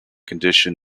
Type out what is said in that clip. condition